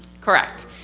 Correct